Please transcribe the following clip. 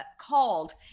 called